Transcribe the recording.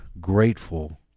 grateful